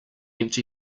empty